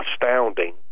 astounding